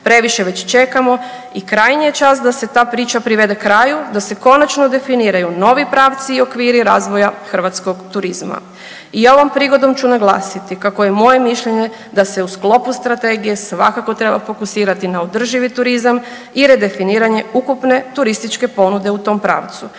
Previše već čekamo i krajnji je čas da se ta priča privede kraju, da se konačno definiraju novi pravci i okviri razvoja hrvatskog turizma. I ovom prigodom ću naglasiti kako je moje mišljenje da se u sklopu strategije svakako treba fokusirati na održivi turizam i redefiniranje ukupne turističke ponude u tom pravcu,